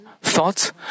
thoughts